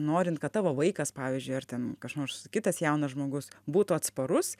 norint kad tavo vaikas pavyzdžiui ar ten kas nors kitas jaunas žmogus būtų atsparus